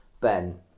Ben